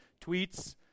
tweets